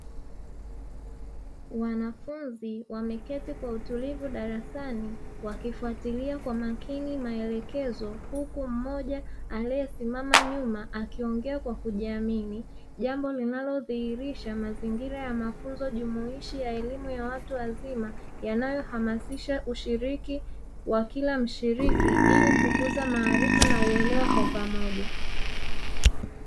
Wanafunzi Wameketi kwa utulivu darasani wakifuatilia kwa makini maelekekezo, huku mmoja aliyesimama nyuma, akiongea kwa kujiamini, jambo linalodhihirisha mazingira ya mafunzo jumuishi ya elimu ya watu wazima yanayohamasisha, ushiriki wa Kila mshiriki, Ili kukuza maarifa na uelewa kwa pamoja.